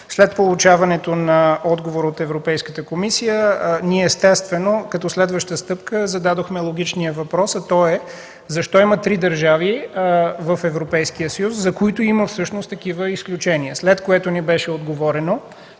След получаването на отговор от Европейската комисия ние като следваща стъпка зададохме логичния въпрос: „Защо има три държави в Европейския съюз, за които има такива изключения?” След това ни беше отговорено,